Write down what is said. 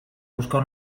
buscar